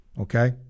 okay